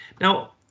Now